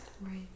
Right